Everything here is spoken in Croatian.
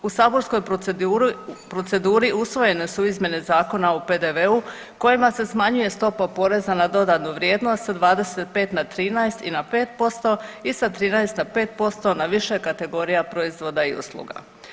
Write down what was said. U saborskoj proceduri usvojene su izmjene Zakona o PDV-u kojima se smanjuje stopa poreza na dodanu vrijednost sa 25 na 13 i na 5% i sa 13 na 5% na više kategorija proizvoda i usluga.